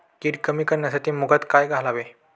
कीड कमी करण्यासाठी मुगात काय घालावे?